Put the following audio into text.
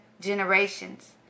generations